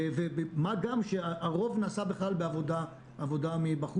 מה גם שהרוב נעשה בכלל בעבודה מבחוץ.